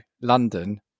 London